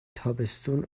تابستون